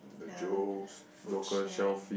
the food shack